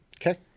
okay